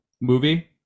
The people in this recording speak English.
movie